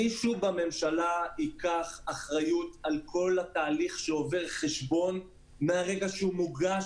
מישהו בממשלה ייקח אחריות על כל התהליך שעובר חשבון מרגע שהוא מוגש